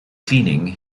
cleaning